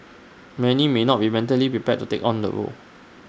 many may not be mentally prepared to take on the role